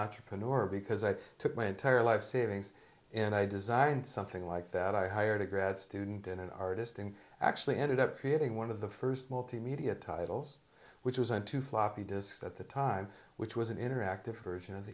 entrepreneur because i took my entire life savings and i designed something like that i hired a grad student and an artist and actually ended up creating one of the first multimedia titles which was on two floppy disks at the time which was an interactive version of